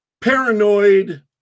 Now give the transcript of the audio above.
paranoid